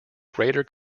greater